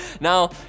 Now